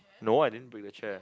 no I didn't break the chair